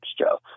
Joe